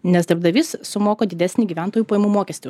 nes darbdavys sumoka didesnį gyventojų pajamų mokestį